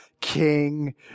King